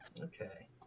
Okay